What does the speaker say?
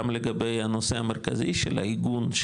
גם לגבי הנושא המרכזי של העיגון,